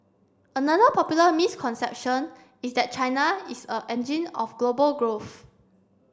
another popular misconception is that China is a engine of global growth